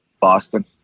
Boston